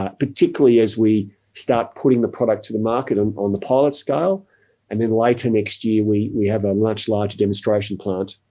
ah particularly as we start putting the product to the market and on the pilot scale and then like later next year we we have a much large demonstration plant,